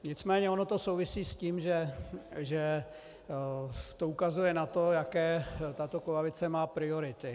Nicméně ono to souvisí s tím, že to ukazuje na to, jaké tato koalice má priority.